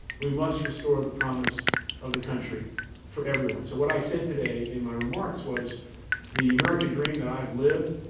we must restore the promise of the country for everyone. so what i said today in my remarks was the american dream that i've lived,